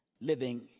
living